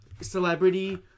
celebrity